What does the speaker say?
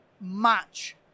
match